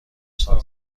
سال